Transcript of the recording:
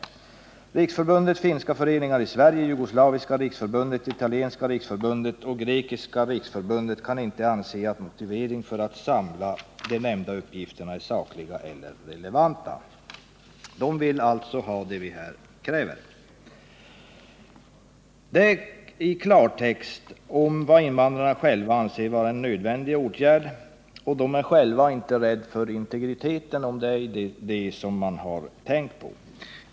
Riksförbundet Finska Föreningar i Sverige, Jugoslaviska Riksförbundet, Italienska Riksförbundet och Grekiska Riksförbundet kan inte anse att motivering för att inte samla upp de nämnda uppgifterna är sakliga eller relevanta.” De här organisationerna vill alltså ha det vi kräver i vår motion. Deras brev visar i klartext vad invandrarna själva anser vara en nödvändig åtgärd. De är inte rädda för att åtgärden skulle innebära intrång i den personliga integriteten, om det nu är detta utskottet tänkt på.